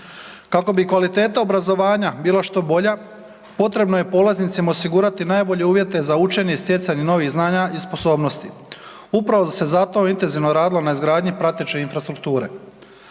Kako bi kvaliteta obrazovanja bila što bolja, potrebno je polaznicima osigurati najbolje uvjete za učenje i stjecanje novih znanja i sposobnosti. Upravo se zato intenzivno radilo na izgradnji prateće infrastrukture.